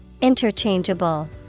Interchangeable